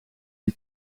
die